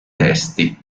testi